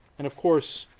and, of course,